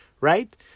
right